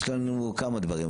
יש לנו כמה דברים,